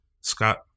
Scott